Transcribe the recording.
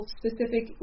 specific